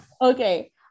okay